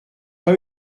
pas